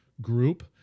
group